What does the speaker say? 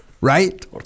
Right